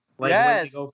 Yes